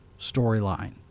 storyline